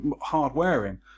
hard-wearing